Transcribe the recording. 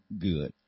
good